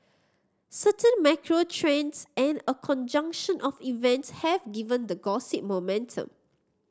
certain macro trends and a conjunction of events have given the gossip momentum